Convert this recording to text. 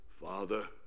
Father